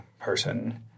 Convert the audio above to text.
person